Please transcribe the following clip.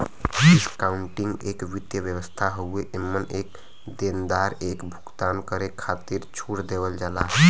discounting एक वित्तीय व्यवस्था हउवे एमन एक देनदार एक भुगतान करे खातिर छूट देवल जाला